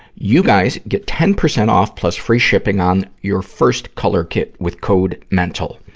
you guys get ten percent off plus free shipping on your first color kit with code mental.